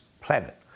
planet